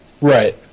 right